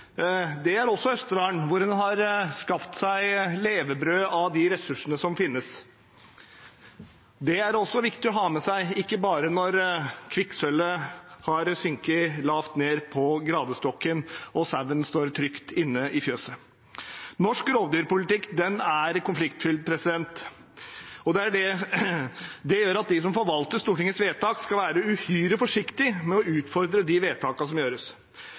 Det er også Østerdalen, hvor en har skaffet seg et levebrød av de ressursene som finnes. Det er det også viktig å ha med seg, ikke bare når kvikksølvet har sunket lavt ned på gradestokken og sauene står trygt inne i fjøset. Norsk rovdyrpolitikk er konfliktfylt. Det gjør at de som forvalter Stortingets vedtak, skal være uhyre forsiktige med å utfordre de vedtakene som gjøres.